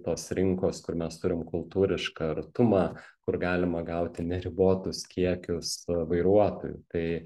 tos rinkos kur mes turim kultūrišką artumą kur galima gauti neribotus kiekius vairuotojų tai